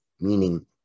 meaning